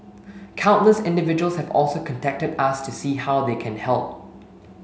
countless individuals have also contacted us to see how they can help